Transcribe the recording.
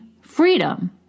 freedom